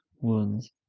wounds